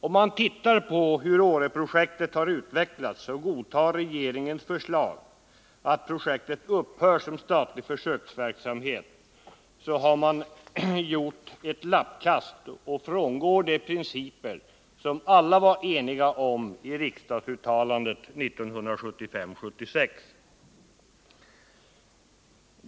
Om vi tittar på hur Åreprojektet har utvecklats och riksdagen godtar regeringens förslag att projektet upphör som statlig försöksverksamhet, finner vi att man har gjort ett lappkast och frångått de principer som alla var eniga om i riksdagsuttalandet 1975/76.